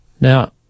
Now